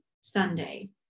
sunday